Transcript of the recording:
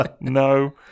No